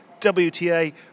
WTA